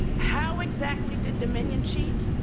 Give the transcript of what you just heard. how exactly did dominion cheat?